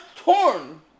torn